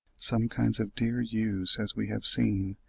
some kinds of deer use, as we have seen,